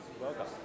Welcome